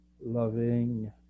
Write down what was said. loving